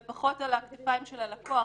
ופחות על הכתפיים של הלקוח.